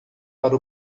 para